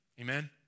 Amen